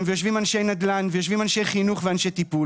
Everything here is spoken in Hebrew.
ויושבים אנשי נדל"ן ויושבים אנשי חינוך ואנשי טיפול